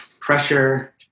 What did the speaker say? pressure